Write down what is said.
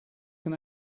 can